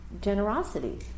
generosity